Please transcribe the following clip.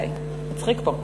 מצחיק פה.